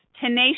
tenacious